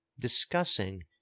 Discussing